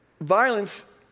violence